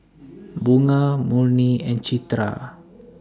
Bunga Murni and Citra